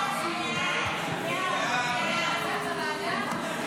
סעיף 2, כהצעת הוועדה,